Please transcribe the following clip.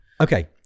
okay